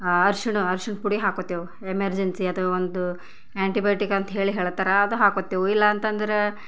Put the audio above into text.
ಅರ್ಶಿಣ ಅರ್ಶಿಣ ಪುಡಿ ಹಾಕಾತೇವು ಎಮರ್ಜೆನ್ಸಿ ಅಥವಾ ಒಂದು ಆಂಟಿ ಬಯಾಟಿಕ್ ಅಂತ ಹೇಳಿ ಹೇಳತಾರ ಅದು ಹಾಕೊತೇವು ಇಲ್ಲ ಅಂತ ಅಂದ್ರೆ